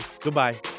Goodbye